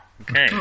Okay